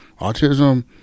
Autism